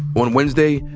on wednesday,